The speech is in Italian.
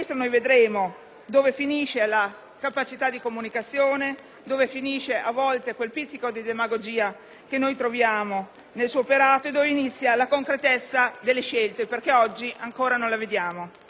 dove finisce la sua capacità di comunicazione e quel pizzico di demagogia che a volte rinveniamo nel suo operato, e dove inizia la concretezza delle scelte, perché oggi ancora non la vediamo.